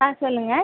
ஆ சொல்லுங்கள்